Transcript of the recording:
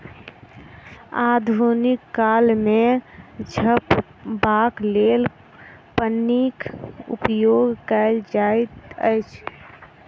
आधुनिक काल मे झपबाक लेल पन्नीक उपयोग कयल जाइत अछि